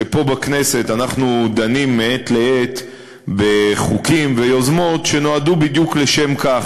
שפה בכנסת אנחנו דנים מעת לעת בחוקים ויוזמות שנועדו בדיוק לשם כך.